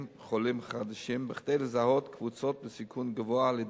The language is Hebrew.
והחולים החדשים כדי לזהות קבוצות בסיכון גבוה להידבקות.